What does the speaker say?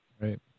Right